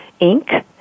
Inc